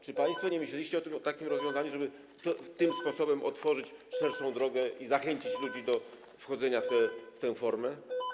Czy państwo nie myśleliście o takim rozwiązaniu, żeby tym sposobem otworzyć szerszą drogę i zachęcić ludzi do wchodzenia w tę formę?